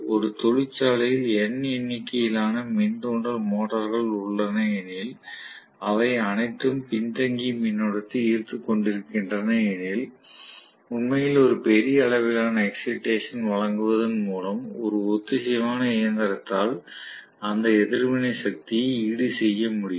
ஒரு தொழிற்சாலையில் N எண்ணிக்கையிலான மின் தூண்டல் மோட்டார்கள் உள்ளன எனில் அவை அனைத்தும் பின்தங்கிய மின்னோட்டத்தை ஈர்த்துக் கொண்டிருக்கின்றன எனில் உண்மையில் ஒரு பெரிய அளவிலான எக்ஸைடேசன் வழங்குவதன் மூலம் ஒரு ஒத்திசைவான இயந்திரத்தால் அந்த எதிர்வினை சக்தியை ஈடுசெய்ய முடியும்